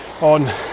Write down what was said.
on